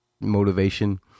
motivation